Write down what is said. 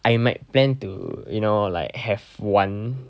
I might plan to you know like have one